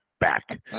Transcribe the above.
Back